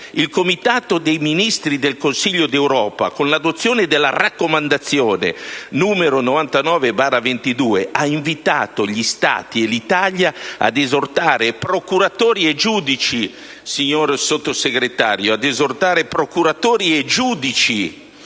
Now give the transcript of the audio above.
il Comitato dei ministri del Consiglio d'Europa, con l'adozione della raccomandazione Rec R(99)22 ha invitato gli Stati e l'Italia ad esortare procuratori e giudici, signor Sottosegretario, a ricorrere quanto più